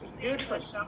Beautiful